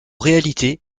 réalité